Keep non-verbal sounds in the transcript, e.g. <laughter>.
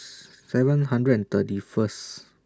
<noise> seven hundred and thirty First